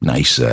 Nice